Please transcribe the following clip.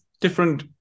different